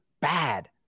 bad